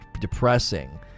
depressing